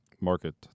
market